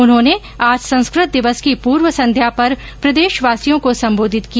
उन्होंने आज संस्कृत दिवस की पूर्व संध्या पर प्रदेशवासियों को सम्बोधित किया